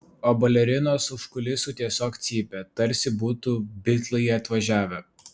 o balerinos už kulisų tiesiog cypė tarsi būtų bitlai atvažiavę